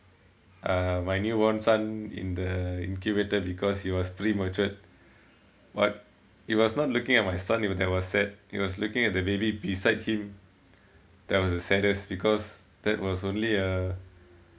uh my newborn son in the incubator because he was premature but it was not looking at my son that was sad it was looking at the baby beside him that was the saddest because that was only uh